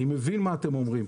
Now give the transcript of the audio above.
אני מבין מה אתם אומרים.